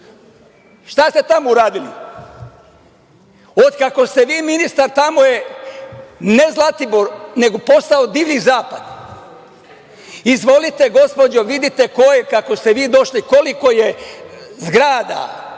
Šta ste tamo uradili? Od kako ste vi ministar tamo je ne Zlatibor, nego je postao divlji zapad. Izvolite gospođo, vidite koliko je zgrada